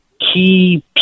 key